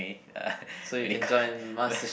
uh when he cut when